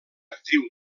actriu